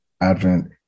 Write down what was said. advent